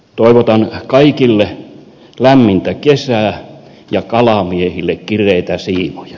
toivotan kaikille lämmintä kesää ja kalamiehille kireitä siimoja